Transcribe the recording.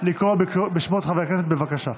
לקרוא בשמות חברי הכנסת, בבקשה.